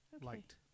light